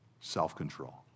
self-control